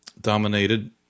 dominated